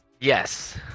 Yes